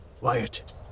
Wyatt